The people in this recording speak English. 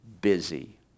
busy